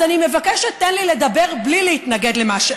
אז אני מבקשת: תן לי לדבר בלי להתנגד למה,